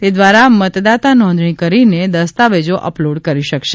તે ધ્વારા મતદાતા નોંધણી કરીને દસ્તાવેજો અપલોડ કરી શકાશે